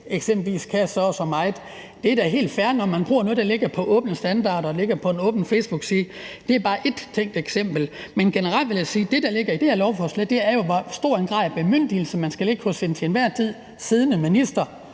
eksempelvis ikke kan så og så meget. Det er da helt fair, når man bruger noget, der ligger på åbne standarder og ligger på en åben facebookside. Det er bare ét tænkt eksempel, men generelt vil jeg sige, at det, der ligger i det her lovforslag, jo er, hvor stor en grad af bemyndigelse, man skal lægge hos den til enhver tid siddende minister,